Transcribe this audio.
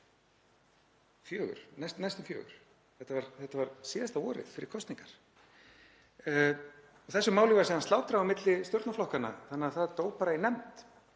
ár eða næstum fjögur; þetta var síðasta vorið fyrir kosningar. Þessu máli var síðan slátrað á milli stjórnarflokkanna þannig að það dó bara í nefnd.